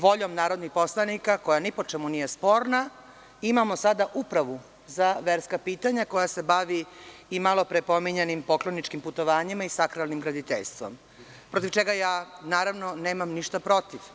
Voljom narodnih poslanika, koja ni po čemu nije sporna, imamo sada upravu za verska pitanja koja se bavi malopre pominjanim pokloničkim putovanjima i sakralnim graditeljstvom, protiv čega ja, naravno, nemam ništa protiv.